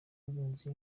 nzi